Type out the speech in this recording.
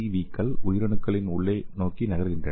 விக்கள் உயிரணுக்களின் உள்ளே நோக்கி நகர்கின்றன